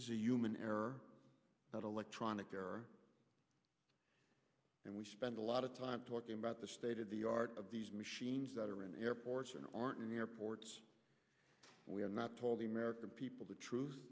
is a human error not electronic error and we spend a lot of time talking about the state of the art of these machines that are in airports or aren't in airports we are not told the american people the truth